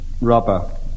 rubber